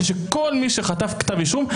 די בכך כדי שאני אנקוט כלפיו בתביעה